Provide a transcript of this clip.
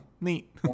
neat